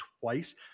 twice